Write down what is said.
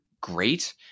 great